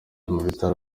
mubitaro